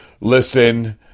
Listen